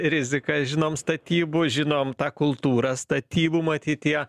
rizikas žinom statybų žinom tą kultūrą statybų matyt tie